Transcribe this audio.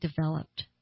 developed